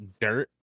dirt